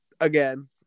Again